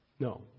No